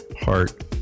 heart